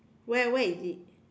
where where is it